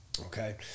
okay